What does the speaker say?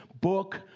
book